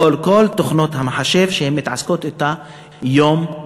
לאור כל תוכנות המחשב שהן מתעסקות אתן יום-יום.